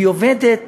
היא עובדת